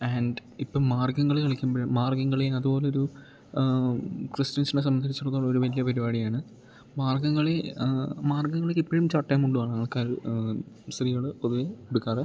and ഇപ്പം Margamkali കളിക്കുമ്പഴും Margamkali അത് പോലൊരു ക്രിസ്ത്യൻസിനെ സംബന്ധിച്ചിടത്തോളം ഒരു വലിയ പരിപാടിയാണ് മാർഗ്ഗം കളി മാർഗ്ഗം കളിക്കിപ്പഴും ചട്ടയും മുണ്ടുവാണ് ആൾക്കാര് സ്ത്രീകള് പൊതുവെ ഉടുക്കാറ്